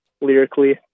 lyrically